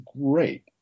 great